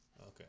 Okay